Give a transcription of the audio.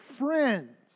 Friends